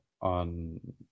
on